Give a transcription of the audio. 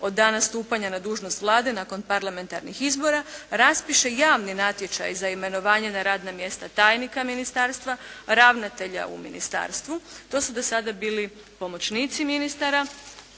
od dana stupanja na dužnost Vlade nakon parlamentarnih izbora raspiše javni natječaj za imenovanje na radna mjesta tajnika ministarstva, ravnatelja u ministarstvu, to su do sada bili pomoćnici ministara,